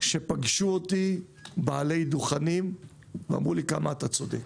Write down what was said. פגשו אותי בעלי דוכנים ואמרו לי: כמה אתה צודק.